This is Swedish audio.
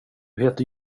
heter